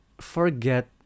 forget